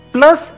Plus